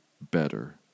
better